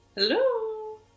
Hello